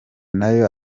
nayo